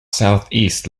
southeast